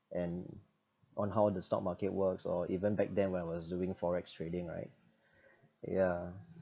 and on how the stock market works or even back then when I was doing FOREX trading right ya